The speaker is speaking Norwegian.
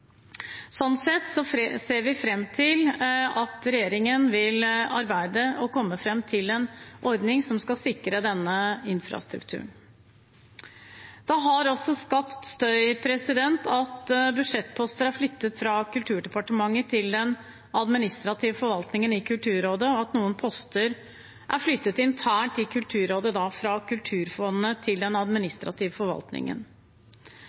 ser vi fram til at regjeringen vil arbeide og komme fram til en ordning som skal sikre denne infrastrukturen. Det har også skapt støy at budsjettposter er flyttet fra Kulturdepartementet til den administrative forvaltningen i Kulturrådet, og at noen poster er flyttet internt i Kulturrådet, da fra Kulturfondet til den